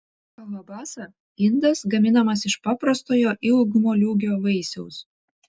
kalabasa indas gaminamas iš paprastojo ilgmoliūgio vaisiaus